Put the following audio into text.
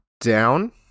down